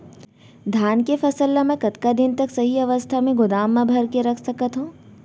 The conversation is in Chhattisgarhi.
धान के फसल ला मै कतका दिन तक सही अवस्था में गोदाम मा भर के रख सकत हव?